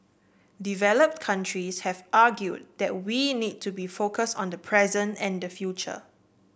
developed countries have argued that we need to be focused on the present and the future